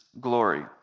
glory